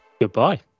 Goodbye